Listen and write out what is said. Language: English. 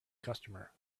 customer